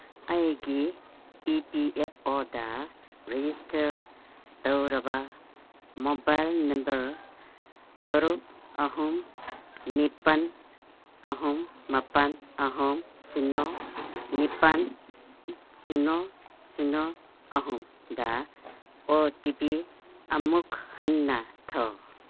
ꯑꯩꯒꯤ E P F ꯑꯣꯗ register ꯇꯧꯔꯕ ꯃꯣꯕꯥꯏꯜ ꯅꯝꯕꯔ ꯇꯔꯨꯛ ꯑꯍꯨꯝ ꯅꯤꯄꯟ ꯑꯍꯨꯝ ꯃꯥꯄꯟ ꯑꯍꯨꯝ ꯁꯤꯅꯣ ꯅꯤꯄꯥꯟ ꯁꯤꯅꯣ ꯁꯤꯅꯣ ꯑꯍꯨꯝꯗ ꯑꯣ ꯇꯤ ꯄꯤ ꯑꯃꯨꯛ ꯍꯟꯅ ꯊꯥꯎ